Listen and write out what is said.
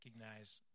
Recognize